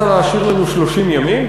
הממשלה רצתה לאשר לנו 30 ימים,